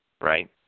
Right